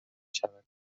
شود